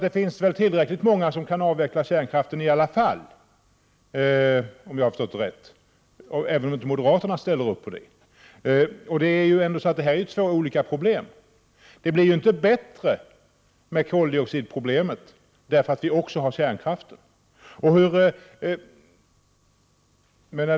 Det finns väl tillräckligt många som kan avveckla kärnkraften, om jag har förstått rätt, även om inte moderaterna ställer upp på det. Här är det fråga om två olika problem. Detta med koldioxid blir ju inte bättre därför att vi också har kärnkraften.